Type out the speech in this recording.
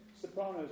Sopranos